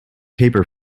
paper